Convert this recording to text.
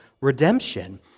redemption